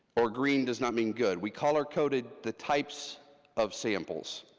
or green does not mean good, we color coded the types of samples.